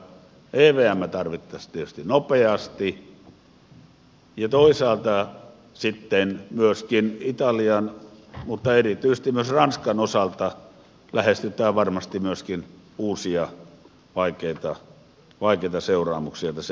evm tarvittaisiin tietysti nopeasti ja toisaalta sitten myöskin italian mutta erityisesti myös ranskan osalta lähestytään varmasti myöskin uusia vaikeita seuraamuksia tässä järjestelyssä